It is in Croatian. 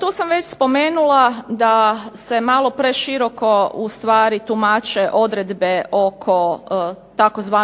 To sam već spomenula da se malo preširoko ustvari tumače odredbe oko tzv.